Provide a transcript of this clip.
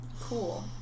Cool